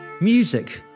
Music